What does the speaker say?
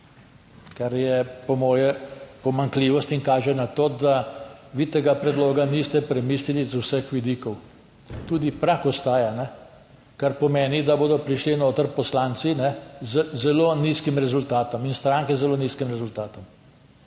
kar je po moje pomanjkljivosti in kaže na to, da vi tega predloga niste premislili z vseh vidikov. Tudi prag ostaja, kar pomeni, da bodo prišli noter poslanci z zelo nizkim rezultatom in stranke z zelo nizkim rezultatom.